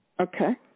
Okay